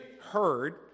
heard